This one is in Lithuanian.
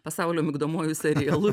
pasaulio migdomuoju serialu